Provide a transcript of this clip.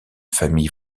famille